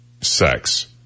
sex